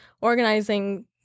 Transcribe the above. organizing